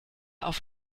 auf